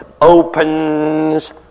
opens